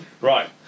Right